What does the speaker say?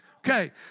Okay